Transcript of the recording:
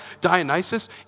Dionysus